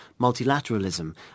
multilateralism